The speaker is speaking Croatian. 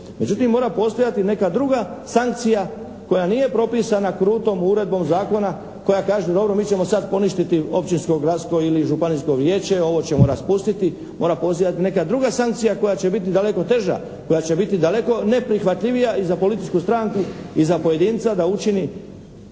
Međutim, mora postojati neka druga sankcija koja nije propisana krutom uredbom zakona koja kaže dobro mi ćemo sada poništiti općinsko, gradsko ili županijsko vijeće, ovo ćemo raspustiti, mora postojati neka druga sankcija koja će biti daleko teža, koja će biti daleko neprihvatljivija i za političku stranku i za pojedinca da učini